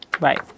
right